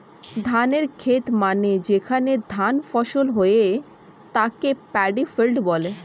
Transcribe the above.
ধানের খেত মানে যেখানে ধান ফসল হয়ে তাকে প্যাডি ফিল্ড বলে